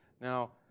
Now